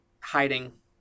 hiding